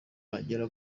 agera